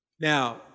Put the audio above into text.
Now